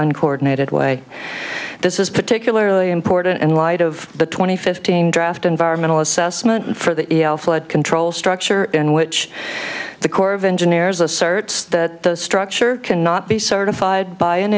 uncoordinated way this is particularly important in light of the twenty fifteen draft environmental assessment and for the flood control structure in which the corps of engineers asserts that the structure cannot be certified by an